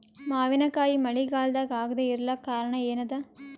ಮಾವಿನಕಾಯಿ ಮಳಿಗಾಲದಾಗ ಆಗದೆ ಇರಲಾಕ ಕಾರಣ ಏನದ?